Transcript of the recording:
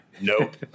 Nope